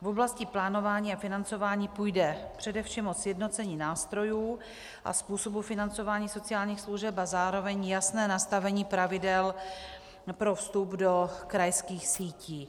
V oblasti plánování a financování půjde především o sjednocení nástrojů a způsobu financování sociálních služeb a zároveň jasné nastavení pravidel pro vstup do krajských sítí.